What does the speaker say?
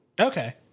Okay